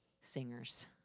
singers